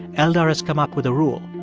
eldar has come up with a rule.